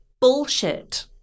bullshit